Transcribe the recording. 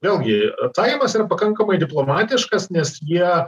vėlgi atsakymas yra pakankamai diplomatiškas nes jie